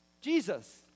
jesus